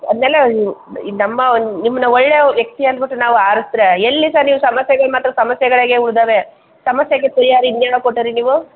ಅದನ್ನೆಲ್ಲ ನೀವು ಈಗ ನಮ್ಮ ನಿಮ್ಮನ್ನ ಒಳ್ಳೆಯ ವ್ಯಕ್ತಿ ಅಂದ್ಬಿಟ್ಟು ನಾವು ಆರ್ಸಿದ್ರೆ ಎಲ್ಲಿ ಸರ್ ನೀವು ಸಮಸ್ಯೆಗಳು ಮಾತ್ರ ಸಮಸ್ಯೆಗಳಾಗೇ ಉಳ್ದಿವೆ ಸಮಸ್ಯೆಗೆ ಪರಿಹಾರ ಇನ್ಯಾವಾಗ ಕೊಟ್ಟೀರಿ ನೀವು